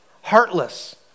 Heartless